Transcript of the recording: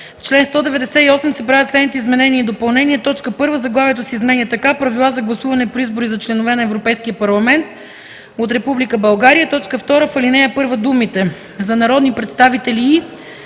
В чл. 198 се правят следните изменения и допълнения: 1. Заглавието се изменя така: „Правила за гласуване при избори за членове на Европейския парламент от Република България”. 2. В ал. 1 думите „за народни представители и”